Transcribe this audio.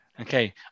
Okay